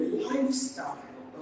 lifestyle